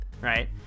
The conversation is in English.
right